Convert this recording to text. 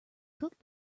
cooked